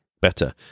better